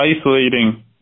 isolating